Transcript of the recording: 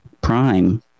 prime